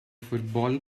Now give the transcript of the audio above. football